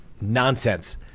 Nonsense